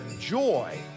joy